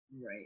Right